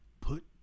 put